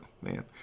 man